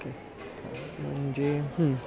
okay म्हणजे